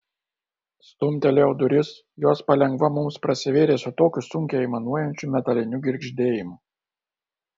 stumtelėjau duris jos palengva mums prasivėrė su tokiu sunkiai aimanuojančiu metaliniu girgždėjimu